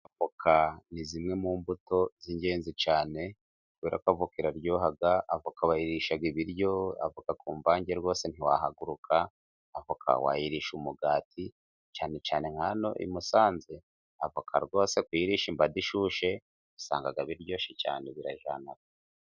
Voka ni zimwe mu mbuto z'ingenzi cyane, kubera ko avoka iraryoha , avoka bayirisha ibiryo , avoka ku mvange rwose ntiwahagurukaho, avoka wayirisha umugati cyane cyane nka hano i Musanze, avoka rwose kuyirisha imbada ishyushye, usanga biryoshye cyane birajyana.